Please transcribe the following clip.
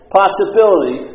possibility